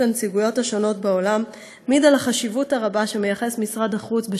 הנציגויות השונות בעולם מעידים על החשיבות הרבה שמשרד החוץ,